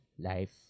life